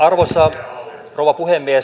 arvoisa rouva puhemies